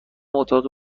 اتاقی